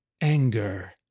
anger